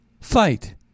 fight